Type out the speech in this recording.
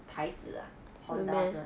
牌子 ah Honda 是吗